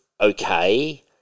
okay